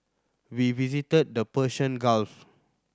we visited the Persian Gulf